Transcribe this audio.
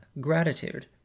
gratitude